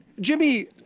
Jimmy